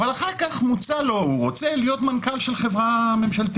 אבל אחר כך הוא רוצה להיות מנכ"ל של חברה ממשלתית,